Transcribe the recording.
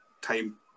time